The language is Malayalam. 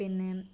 പിന്നെ